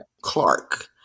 Clark